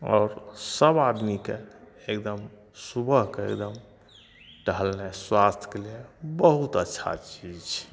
आओर सब आदमीकेँ एगदम सुबहकेँ एगदम टहलनाइ स्वास्थके लिए बहुत अच्छा छै